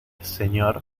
señor